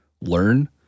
learn